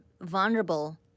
vulnerable